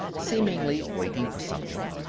seemingly waiting for something.